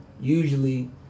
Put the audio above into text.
Usually